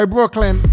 Brooklyn